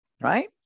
Right